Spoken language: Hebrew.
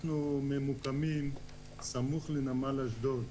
אנחנו ממוקמים סמוך לנמל אשדוד,